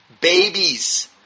Babies